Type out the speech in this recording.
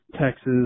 Texas